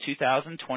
2020